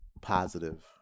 positive